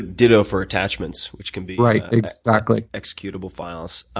ditto for attachments, which can be. right. exactly. executable files.